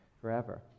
forever